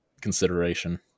consideration